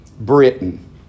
Britain